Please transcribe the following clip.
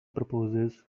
proposes